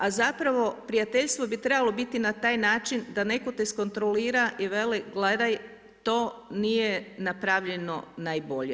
A zapravo, prijateljstvo bi trebalo biti na taj način, da netko te kontrolira i veli, gledaj, to nije napravljeno najbolje.